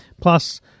Plus